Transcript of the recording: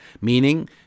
meaning